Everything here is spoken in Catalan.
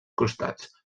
costats